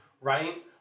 right